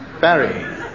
Barry